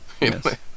Yes